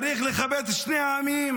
צריך לכבד את שני העמים,